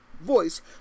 voice